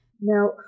Now